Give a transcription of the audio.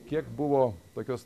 kiek buvo tokios